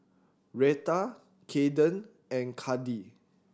Reta Kaeden and Kandi